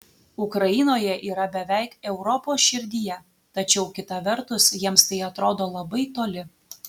ukrainoje yra beveik europos širdyje tačiau kita vertus jiems tai atrodo labai toli